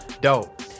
Dope